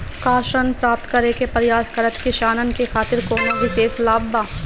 का ऋण प्राप्त करे के प्रयास करत किसानन के खातिर कोनो विशेष लाभ बा